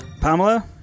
Pamela